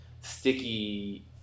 sticky